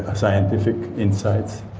ah scientific insights.